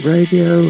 Radio